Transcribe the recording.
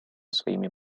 своими